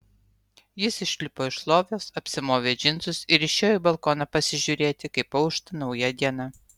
jis išlipo iš lovos apsimovė džinsus ir išėjo į balkoną pasižiūrėti kaip aušta nauja diena